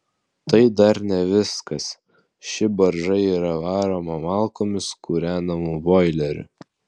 tai dar ne viskas ši barža yra varoma malkomis kūrenamu boileriu